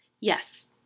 Yes